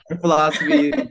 philosophy